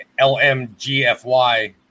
LMGFY